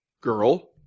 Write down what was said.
girl